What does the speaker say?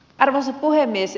arvoisa puhemies